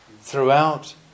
throughout